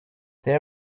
their